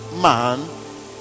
man